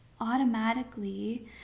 automatically